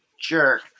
jerk